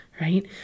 Right